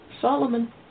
Solomon